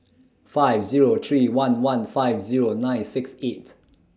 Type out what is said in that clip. five Zero three one one five Zero nine six eight